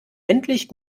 endlich